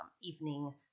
evening